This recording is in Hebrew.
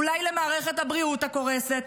אולי למערכת הבריאות הקורסת?